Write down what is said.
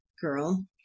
girl